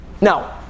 Now